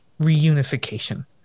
reunification